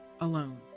alone